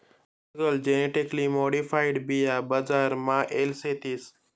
आजकाल genetically modified बिया बजार मा येल शेतीस